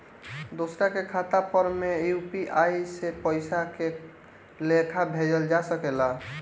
दोसरा के खाता पर में यू.पी.आई से पइसा के लेखाँ भेजल जा सके ला?